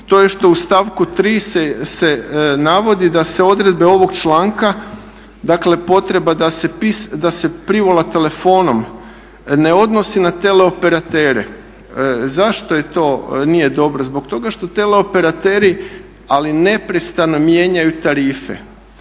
to je što u stavku 3.se navodi da se odredbe ovog članka, dakle potreba da se privola telefonom ne odnosi na teleoperatere. Zašto to nije dobro, zbog toga što teleoperateri ali neprestano mijenjaju tarife.